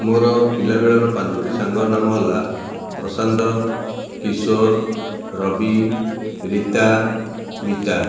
ମୋର ପିଲାବେଳର ପାଞ୍ଚଟି ସାଙ୍ଗର ନାମ ହେଲା ପ୍ରଶାନ୍ତ କିଶୋର ରବି ରିତା ମିତା